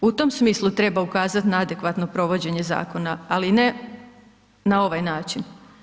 U tom smislu treba ukazat na adekvatno provođenje zakona ali ne na ovaj način.